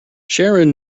sharon